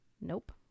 Nope